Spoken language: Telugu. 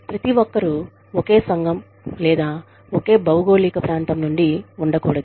ప్రతి ఒక్కరూ ఒకే సంఘం లేదా ఒకే భౌగోళిక ప్రాంతం నుండి ఉండకూడదు